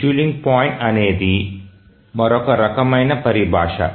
scheduling point అనేది మరొక ముఖ్యమైన పరిభాష